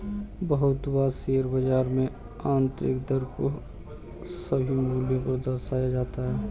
बहुत बार शेयर बाजार में आन्तरिक दर को सभी मूल्यों पर दर्शाया जाता है